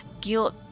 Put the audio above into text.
Guilt